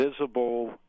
visible